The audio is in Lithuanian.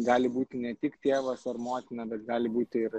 gali būti ne tik tėvas ar motina bet gali būti ir